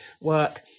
work